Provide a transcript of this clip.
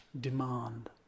demand